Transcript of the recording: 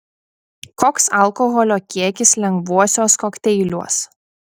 koks alkoholio kiekis lengvuosiuos kokteiliuos